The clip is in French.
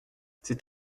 c’est